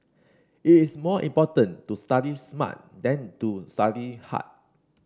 it is more important to study smart than to study hard